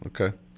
okay